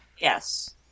Yes